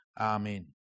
Amen